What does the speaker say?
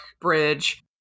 bridge